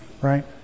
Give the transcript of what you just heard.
right